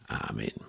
Amen